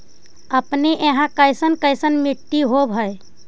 अपने यहाँ कैसन कैसन मिट्टी होब है?